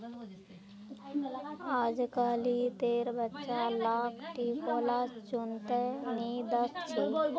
अजकालितेर बच्चा लाक टिकोला चुन त नी दख छि